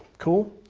cool,